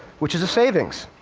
which is a savings.